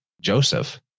Joseph